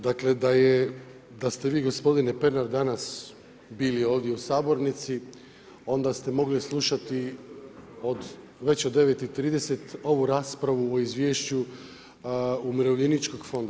Dakle, da ste vi gospodin Pernar danas bili ovdje u sabornici, onda ste mogli slušati od već od 9,30 ovu raspravu o Izvješću umirovljeničkog fonda.